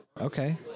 Okay